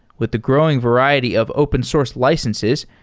with the growing variety of open source licenses,